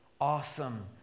awesome